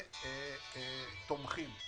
ותומכים.